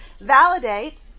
Validate